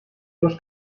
dos